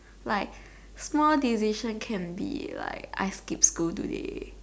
like small decision can be like I skip school today